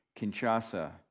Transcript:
Kinshasa